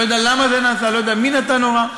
לא יודע למה זה נעשה, לא יודע מי נתן הוראה.